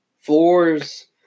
Floors